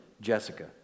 Jessica